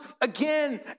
again